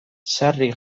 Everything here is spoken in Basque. sarri